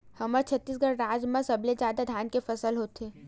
हमर छत्तीसगढ़ राज म सबले जादा धान के फसल होथे